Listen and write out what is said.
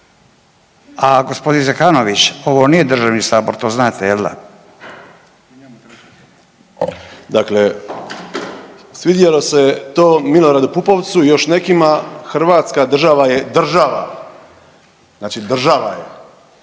jel da? **Zekanović, Hrvoje (Hrvatski suverenisti)** Dakle svidjelo se to Miloradu Pupovcu i još nekima, Hrvatska država je država, znači država je